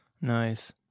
Nice